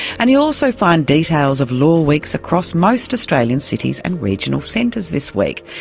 and you'll also find details of law weeks across most australian cities and regional centres this week.